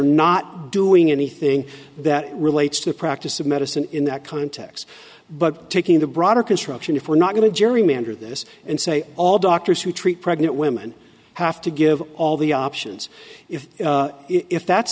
not doing anything that relates to the practice of medicine in that context but taking the broader construction if we're not going to gerrymander this and say all doctors who treat pregnant women have to give all the options if if that's